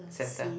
centre